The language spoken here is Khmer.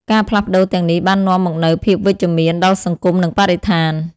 ការផ្លាស់ប្តូរទាំងនេះបាននាំមកនូវភាពវិជ្ជមានដល់សង្គមនិងបរិស្ថាន។